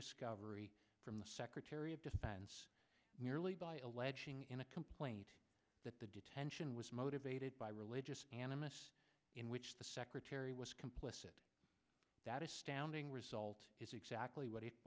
discovery from the secretary of defense merely by alleging in a complaint that the detention was motivated by religious animus in which the secretary was complicit that astounding result is exactly what it